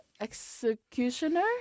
executioner